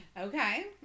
Okay